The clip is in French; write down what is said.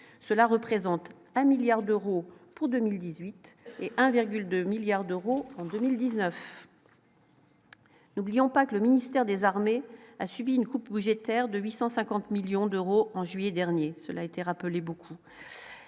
cela représente un milliard d'euros pour 2018, 1,2 milliards d'euros en 2019. Oublions pas que le ministère des Armées a subi une coupe budgétaire de 850 millions d'euros en juillet dernier, cela a été rappelé beaucoup,